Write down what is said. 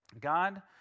God